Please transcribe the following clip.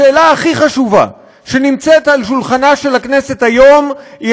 השאלה הכי חשובה שעל שולחנה של הכנסת היום היא